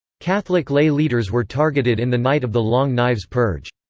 catholic lay leaders were targeted in the night of the long knives purge.